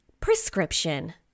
Prescription